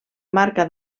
marca